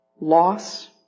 loss